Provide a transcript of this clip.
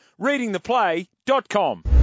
Readingtheplay.com